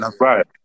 Right